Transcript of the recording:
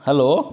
hello